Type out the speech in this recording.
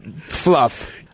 Fluff